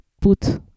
put